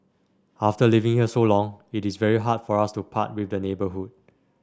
after living here so long it is very hard for us to part with the neighbourhood